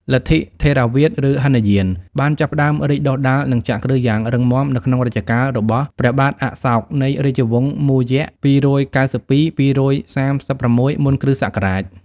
លទ្ធិថេរវាទ ឬហីនយាន បានចាប់ផ្តើមរីកដុះដាល និងចាក់គ្រឹះយ៉ាងរឹងមាំនៅក្នុងរជ្ជកាលរបស់ ព្រះបាទអសោក នៃរាជវង្សមូរយៈ ២៩២-២៣៦ មុនគ.ស.។